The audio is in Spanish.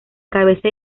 cabeza